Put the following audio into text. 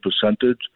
percentage